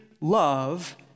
love